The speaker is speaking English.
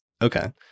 Okay